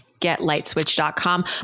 GetLightSwitch.com